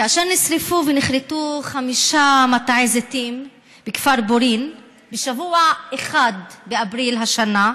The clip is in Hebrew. כאשר נשרפו ונכרתו חמישה מטעי זיתים בכפר בורין בשבוע אחד באפריל השנה,